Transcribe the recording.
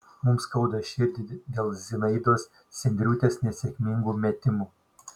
mums skauda širdį dėl zinaidos sendriūtės nesėkmingų metimų